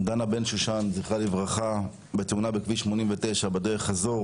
דנה בן-שושן זכרה לברכה בתאונה בכביש 89 בדרך חזור